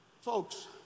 Folks